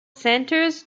centres